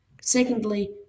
Secondly